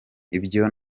ibyo